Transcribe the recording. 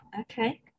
Okay